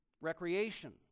recreation